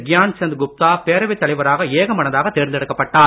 கியான் சந்த் குப்தா பேரவைத் தலைவராக ஏகமனதாக தேர்ந்தெடுக்கப்பட்டார்